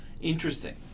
interesting